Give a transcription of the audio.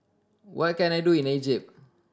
what can I do in Egypt